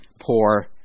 poor